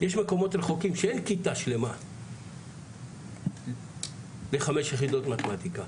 יש מקומות רחוקים שאין כיתה שלמה לחמש יחידות מתמטיקה,